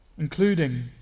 including